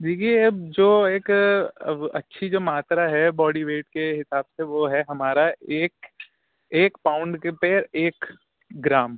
دیکھیے اب جو ایک اچھی جو ماترا ہے باڈی ویٹ کے حساب سے وہ ہے ہمارا ایک ایک پاؤنڈ کے پہ ایک گرام